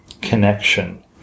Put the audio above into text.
connection